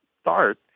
start